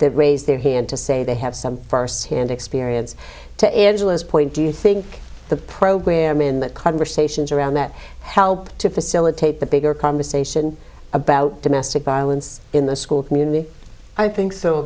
that raise their hand to say they have some first hand experience to angela's point do you think the program in the conversations around that helped to facilitate the bigger conversation about domestic violence in the school community i think so